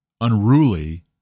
unruly